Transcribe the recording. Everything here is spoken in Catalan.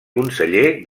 conseller